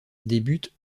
débute